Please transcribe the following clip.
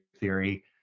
theory